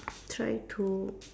try to